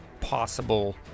possible